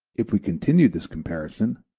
if we continue this comparison,